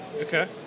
Okay